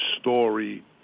story